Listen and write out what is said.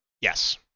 Yes